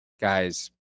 guys